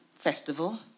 Festival